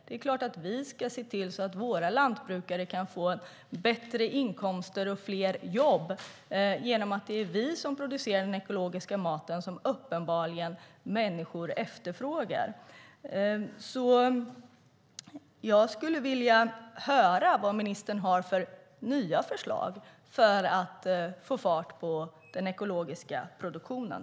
Det är klart att vi ska se till att våra lantbrukare kan få bättre inkomster och fler jobb genom att det är vi som producerar den ekologiska maten som människor uppenbarligen efterfrågar. Jag skulle vilja höra vad ministern har för nya förslag för att få fart på den ekologiska produktionen.